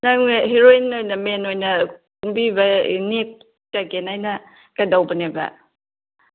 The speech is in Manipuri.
ꯅꯪꯅ ꯍꯤꯔꯣꯏꯟ ꯑꯣꯏꯅ ꯃꯦꯟ ꯑꯣꯏꯅ ꯀꯨꯝꯕꯤꯕ ꯅꯦꯛꯆꯒꯦꯅ ꯑꯩꯅ ꯀꯩꯗꯧꯕꯅꯦꯕ